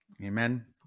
Amen